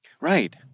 Right